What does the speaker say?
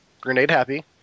grenade-happy